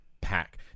pack